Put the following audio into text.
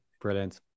Brilliant